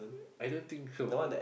I don't think so